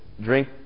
drink